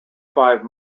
five